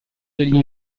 degli